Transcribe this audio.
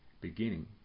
beginning